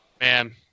Man